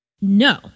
No